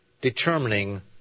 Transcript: determining